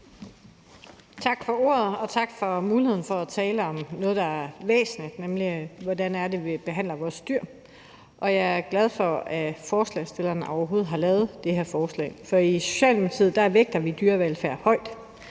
Tak for ordet. Og tak for muligheden for at tale om noget, der er væsentligt, nemlig hvordan det er, vi behandler vores dyr. Jeg er glad for, at forslagsstillerne overhovedet har fremsat det her forslag, for i Socialdemokratiet vægter vi dyrevelfærd højt.